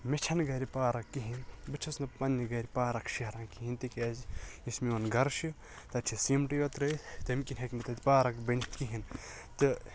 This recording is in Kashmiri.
مےٚ چھَ نہٕ گَرِ پارَک کِہیٖنٛۍ بہٕ چھُس نہٕ پَننہِ گَرِ پارَک شیران کِہیٖنٛۍ تِکیٛازِ یُس میٚون گَرٕ چھُ تَتہِ چھِ سیٖمٹٕے یوت ترٛٲوِتھ تمہِ کِنۍ ہیٚکہٕ نہٕ تَتہِ پارَک بٔنِتھ کِہیٖنٛۍ تہٕ